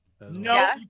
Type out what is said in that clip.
no